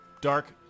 dark